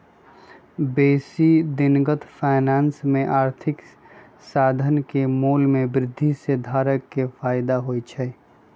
बेशी दिनगत फाइनेंस में आर्थिक साधन के मोल में वृद्धि से धारक के फयदा होइ छइ